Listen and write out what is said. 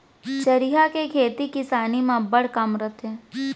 चरिहा के खेती किसानी म अब्बड़ काम रथे